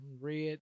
red